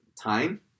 time